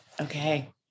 Okay